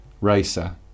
racer